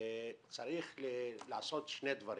צריך לעשות שני דברים.